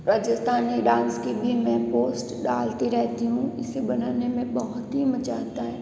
Rajasthani dance की भी मैं पोस्ट डालती रहती हूँ इसे बनाने में बहुत ही मज़ा आता है